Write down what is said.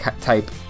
type